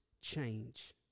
change